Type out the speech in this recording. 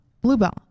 bluebell